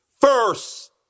first